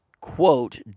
quote